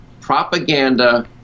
propaganda